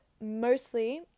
mostly